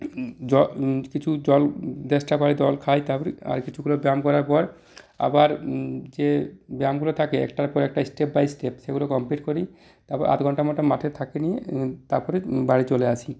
জল কিছু জল তেষ্টা পায় জল খাই তারপরে আর কিছুক্ষণ ব্যায়াম করার পর আবার যে ব্যায়ামগুলো থাকে একটার পর একটা স্টেপ বাই স্টেপ সেগুলো কমপ্লিট করি তারপর আধ ঘন্টা মতো মাঠে থাকি নিয়ে তারপরে বাড়ি চলে আসি